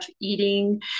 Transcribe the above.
eating